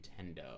nintendo